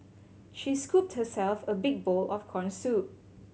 she scooped herself a big bowl of corn soup